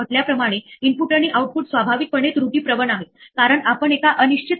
म्हणून म्हणून आपण प्रत्येक एरर प्रकारासाठी सारख्याच प्रकारची कारवाई नाही करू इच्छित